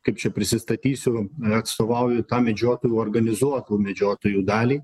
kaip čia prisistatysiu atstovauju tam medžiotojų organizuotų medžiotojų daliai